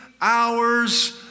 hours